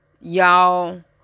y'all